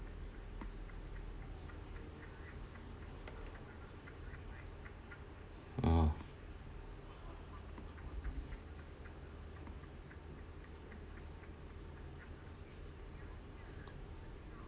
oh